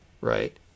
right